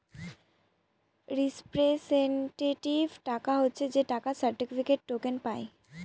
representative টাকা হচ্ছে যে টাকার সার্টিফিকেটে, টোকেন পায়